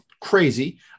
crazy